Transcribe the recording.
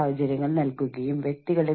psychosocial നമുക്ക് ഈ പദത്തെ വേർതിരിക്കാം